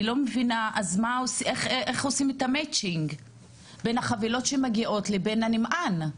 אז אני לא מבינה איך עושים את ההתאמה בין החבילות שמגיעות לבין הנמען?